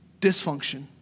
dysfunction